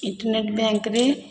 internet ବ୍ୟାଙ୍କ୍ରେ